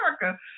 America